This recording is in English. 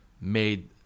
made